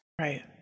Right